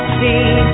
see